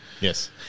Yes